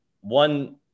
one